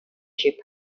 ship